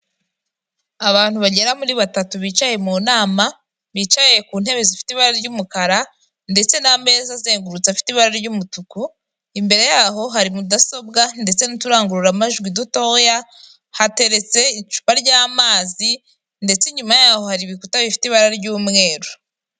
Abantu bagera muri batatu bicaye mu nama, bicaye ku ntebe zifite ibara ry'umukara, ndetse n'ameza azengurutse afite ibara ry'umutuku, imbere yaho hari mudasobwa ndetse n'uturangurura majwi dutoya, hateretse icupa ry'amazi ndetse inyuma yaho hari ibikuta bifite ibara ry'umweru.